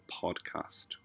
Podcast